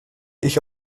ich